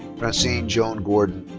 francine joan gordon.